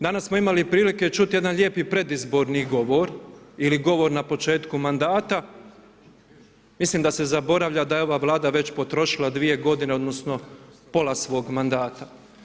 Danas smo imali prilike čuti, jedan lijepo predizborni govor, ili govor na početku mandata, mislim da se zaboravlja da je ova Vlada već potrošila 2 g. odnosno, pola svog mandata.